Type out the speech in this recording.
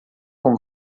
com